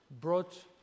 brought